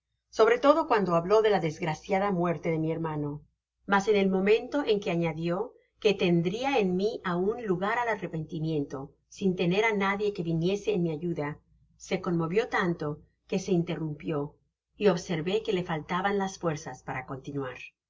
sobre todo cuando habló de la desgraciada muerte de mi hermano mas en el momento en que añadió que tendria en mí aun lugar el arrepentimiento sin tener á nadie que viniese en mi ayuda se conmovió tanto que se interrumpió y observé que le faltaban las fuerzas para continuar